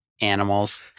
Animals